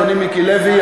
אדוני מיקי לוי.